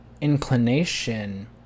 inclination